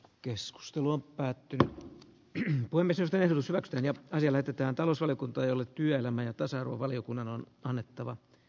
keskustelu päättyy pian poimi sen peruseläkkeen ja asia lähetetään talousvaliokuntaan jolle työelämä ja tasa arvovaliokunnan on annettava